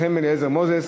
מנחם אליעזר מוזס.